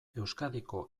euskadiko